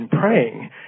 praying